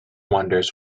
wonders